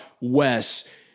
Wes